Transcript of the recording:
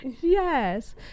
Yes